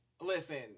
Listen